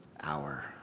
hour